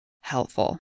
helpful